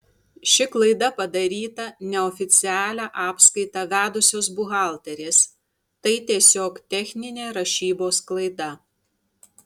ši klaida padaryta neoficialią apskaitą vedusios buhalterės tai tiesiog techninė rašybos klaida